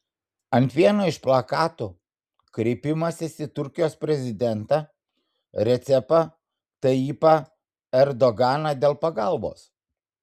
ant vieno iš plakatų kreipimasis į turkijos prezidentą recepą tayyipą erdoganą dėl pagalbos